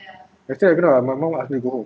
yesterday I cannot ah my mum ask me go home